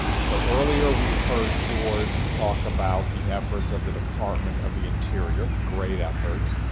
so earlier we heard george talk about the efforts of the department of the interior. great effort.